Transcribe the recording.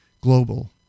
global